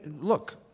Look